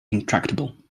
intractable